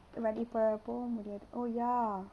போக முடியாது:poga mudiyaathu oh ya